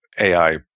AI